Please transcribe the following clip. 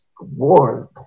warm